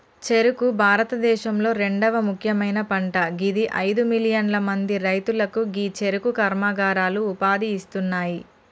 చెఱుకు భారతదేశంలొ రెండవ ముఖ్యమైన పంట గిది అయిదు మిలియన్ల మంది రైతులకు గీ చెఱుకు కర్మాగారాలు ఉపాధి ఇస్తున్నాయి